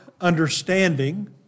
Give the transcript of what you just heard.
understanding